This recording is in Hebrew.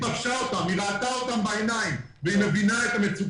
חברת הכנסת ברק פגשה אותם וראתה בעיניים את המצוקה.